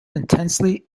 intensely